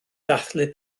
dathlu